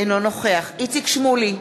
אינו נוכח איציק שמולי,